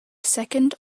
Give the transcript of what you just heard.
second